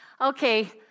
Okay